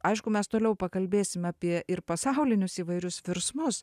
aišku mes toliau pakalbėsim apie ir pasaulinius įvairius virsmus